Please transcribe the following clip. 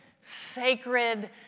sacred